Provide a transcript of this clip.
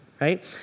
right